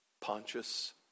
Pontius